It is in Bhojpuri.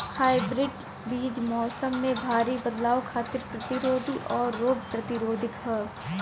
हाइब्रिड बीज मौसम में भारी बदलाव खातिर प्रतिरोधी आउर रोग प्रतिरोधी ह